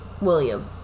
William